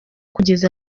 kugeza